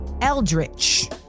eldritch